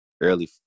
early